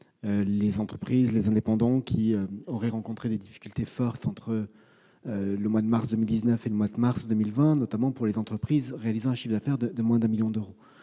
les entreprises et les indépendants qui auraient rencontré des difficultés fortes entre le mois de mars 2019 et le mois de mars 2020, notamment pour les entreprises réalisant un chiffre d'affaires de moins de 1 million d'euros.